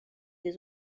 des